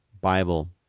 Bible